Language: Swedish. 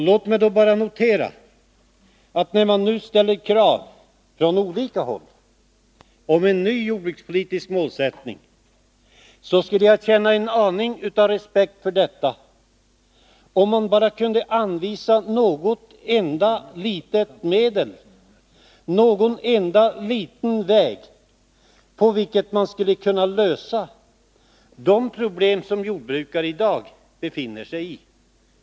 Låt mig bara notera att när det nu ställs krav från olika håll om en ny jordbrukspolitisk målsättning, skulle jag känna en aning av respekt för detta, om man kunde anvisa något enda litet medel med vars hjälp man skulle kunna lösa de problem som jordbrukare i dag befinner sig i.